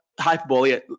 hyperbole